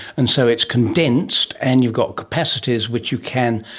and so it's condensed and you've got capacities which you can,